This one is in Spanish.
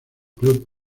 club